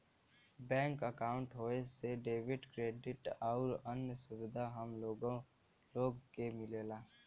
bank अंकाउट होये से डेबिट, क्रेडिट आउर अन्य सुविधा हम लोग के मिलला